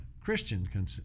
Christian